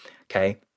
okay